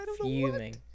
fuming